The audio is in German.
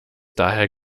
daher